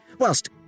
Whilst